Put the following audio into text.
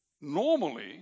normally